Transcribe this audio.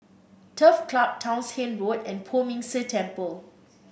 Turf Club Townshend Road and Poh Ming Tse Temple